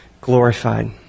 glorified